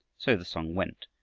so the song went,